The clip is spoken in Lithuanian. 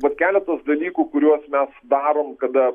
vat keletas dalykų kuriuos mes darom kada